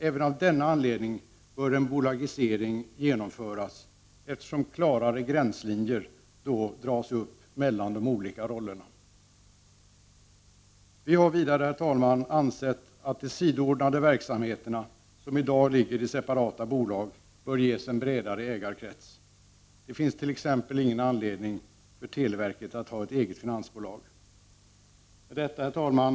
Även av denna anledning bör en bolagisering genomföras, eftersom klarare gränslinjer då dras upp mellan de olika rollerna. Vi har vidare, herr talman, ansett att de sidoordnade verksamheterna som i dag ligger som separata bolag bör ges en bredare ägarkrets. Det finns t.ex. ingen anledning för televerket att ha ett eget finansbolag. Herr talman!